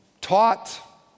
taught